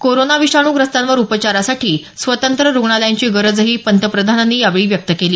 corona विषाणूग्रस्तांवर उपचारासाठी स्वतंत्र रुग्णालयांची गरजही पंतप्रधानांनी व्यक्त केली